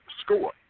score